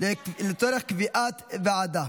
לצורך קביעת ועדה.